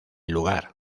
lugar